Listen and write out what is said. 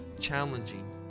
challenging